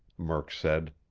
murk said.